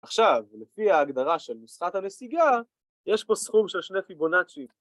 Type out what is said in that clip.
עכשיו, לפי ההגדרה של נוסחת הנסיגה, יש פה סכום של שני פיבונצ'י